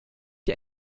die